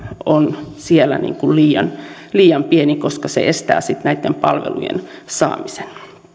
on siellä liian liian pieni koska se estää sitten näitten palvelujen saamisen